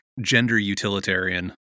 gender-utilitarian